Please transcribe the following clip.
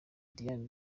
diane